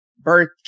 birth